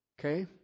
okay